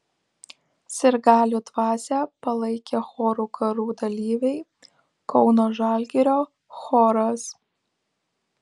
sirgalių dvasią palaikė chorų karų dalyviai kauno žalgirio choras